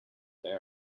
there